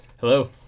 Hello